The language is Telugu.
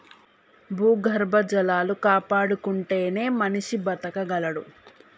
భూగర్భ జలాలు కాపాడుకుంటేనే మనిషి బతకగలడు